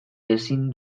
ezin